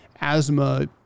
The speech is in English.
asthma